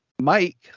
Mike